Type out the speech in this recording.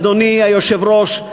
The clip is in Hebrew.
אדוני היושב-ראש,